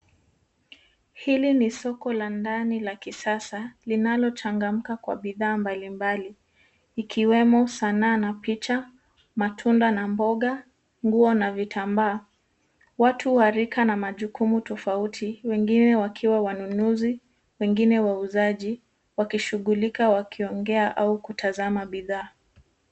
Hili ni soko la ndani la kisasa linalochangamka kwa bidhaa mbalimbali ikiwemo sanaa na picha, matunda na mboga, nguo na vitambaa. Watu wa rika na majukumu tofauti, wengine wakiwa wanunuzi, wengine wauzaji wakishughulika wakiongea au kutazama bidhaa.